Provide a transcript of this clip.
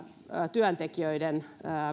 työntekijöiden